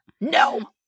no